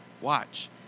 Watch